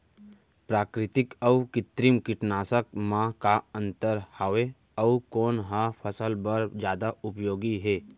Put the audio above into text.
प्राकृतिक अऊ कृत्रिम कीटनाशक मा का अन्तर हावे अऊ कोन ह फसल बर जादा उपयोगी हे?